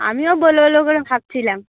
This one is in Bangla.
আমিও বলবো বলবো করে ভাবছিলাম